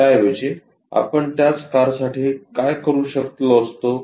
त्याऐवजी आपण त्याच कारसाठी काय करू शकलो असतो